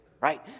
right